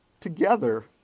together